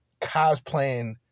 cosplaying